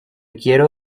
quiero